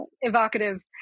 evocative